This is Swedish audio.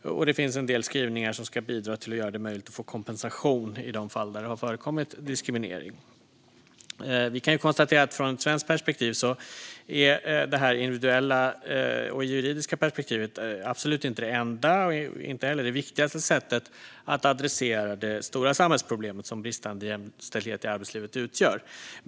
Det finns också en del skrivningar som ska bidra till att göra det möjligt att få kompensation i de fall där det har förekommit diskriminering. Vi kan från svensk sida konstatera att det individuella och juridiska perspektivet absolut inte är det enda och inte heller det viktigaste sättet att adressera det stora samhällsproblem som bristande jämställdhet i arbetslivet utgör.